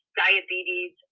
diabetes